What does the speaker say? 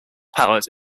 palate